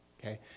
okay